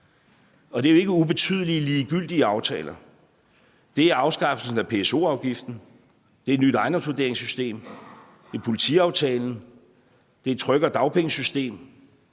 Det er jo ikke ubetydelige, ligegyldige aftaler. Det er afskaffelsen af PSO-afgiften, det er et nyt ejendomsvurderingssystem, det er politiaftalen, det er et tryggere dagpengesystem,